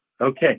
Okay